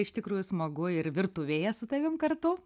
iš tikrųjų smagu ir virtuvėje su tavim kartu